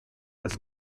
als